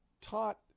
taught